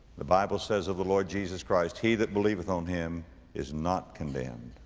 the bible says of the lord jesus christ, he that believeth on him is not condemned.